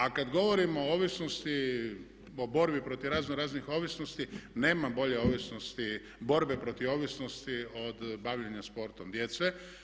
A kad govorimo o ovisnosti, o borbi protiv raznoraznih ovisnosti nema bolje borbe protiv ovisnosti od bavljenja sportom djece.